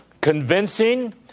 convincing